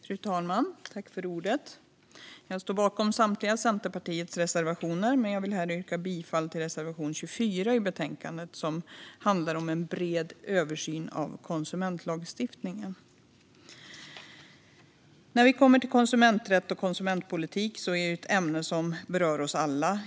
Fru talman! Jag står bakom samtliga Centerpartiets reservationer i betänkandet, men jag vill yrka bifall till reservation 24, som handlar om en bred översyn av konsumentlagstiftningen. Konsumenträtt och konsumentpolitik är ett ämne som berör oss alla.